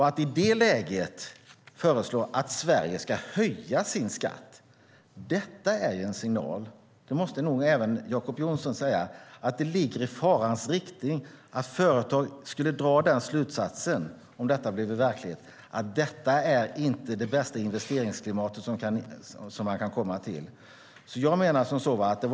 Att i det läget föreslå att Sverige ska höja sin skatt är en signal där det ligger i farans riktning att företag skulle dra slutsatsen att om detta blir verklighet är det inte det bästa investeringsklimat som man kan komma till. Det måste väl till och med Jacob Johnson tycka.